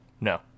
No